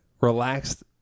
relaxed